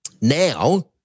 Now